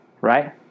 right